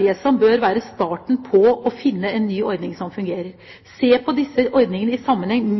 Det som bør være starten på å finne en ny ordning som fungerer, er å se disse ordningene i sammenheng,